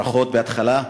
ברכות בהתחלה.